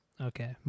Okay